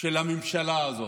הממשלה הזאת.